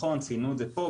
כפי שציינו פה,